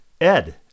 Ed